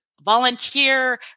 Volunteer